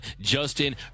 Justin